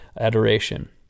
adoration